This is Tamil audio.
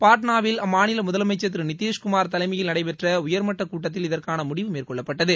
பாட்னாவில் அம்மாநில முதலமைகள் திரு நிதிஷ்குமார் தலைமையில் நடைபெற்ற உயர்மட்டக் கூட்டத்தில் இதற்கான முடிவு மேற்கொள்ளப்பட்டது